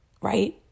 right